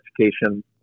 education